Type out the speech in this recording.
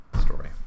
story